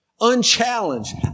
unchallenged